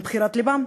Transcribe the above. עם בחירת לבם,